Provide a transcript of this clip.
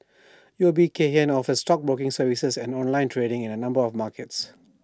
U O B Kay Hian offers stockbroking services and online trading in A number of markets